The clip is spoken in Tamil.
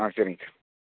ஆ சரிங்க சார்